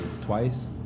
twice